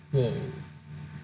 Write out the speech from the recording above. !wow!